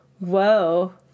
Whoa